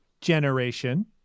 generation